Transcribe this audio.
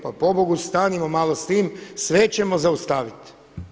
Pa pobogu stanimo malo sa time, sve ćemo zaustaviti.